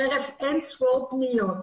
חרף אין ספור פניות,